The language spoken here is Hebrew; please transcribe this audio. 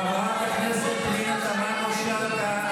חברת הכנסת פנינה תמנו שטה.